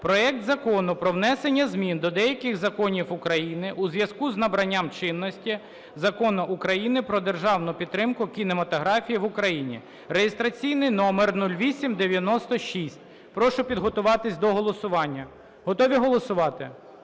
проект Закону про внесення змін до деяких законів України у зв'язку з набранням чинності Законом України "Про державну підтримку кінематографії в Україні" (реєстраційний номер 0896). Прошу підготуватись до голосування. Готові голосувати?